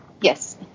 Yes